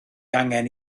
angen